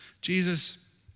Jesus